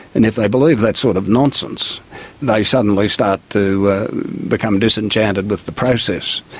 and if they believe that sort of nonsense they suddenly start to become disenchanted with the process,